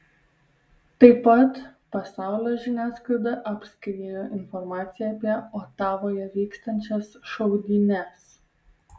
tai pat pasaulio žiniasklaidą apskriejo informacija apie otavoje vykstančias šaudynes